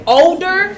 older